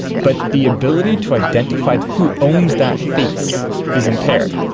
but the ability to identify who owns that face is impaired.